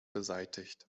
beseitigt